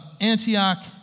Antioch